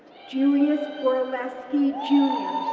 julius goralewski, jr,